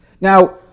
Now